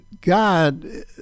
God